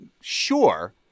sure